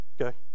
Okay